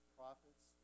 prophets